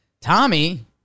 Tommy